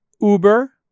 Uber